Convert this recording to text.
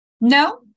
No